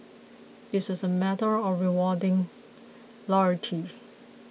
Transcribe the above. it is a matter of rewarding loyalty